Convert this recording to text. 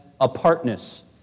apartness